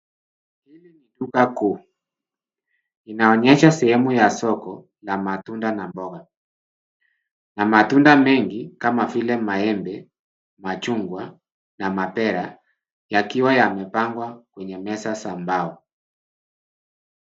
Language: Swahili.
Duka kuu, inaonyesha sehemu ya soko ya matunda na mboga. Na matunda mengi kama vile maembe, machungwa na mapera yakiwa yamepangwa kwenye meza za mbao.